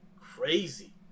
Crazy